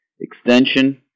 extension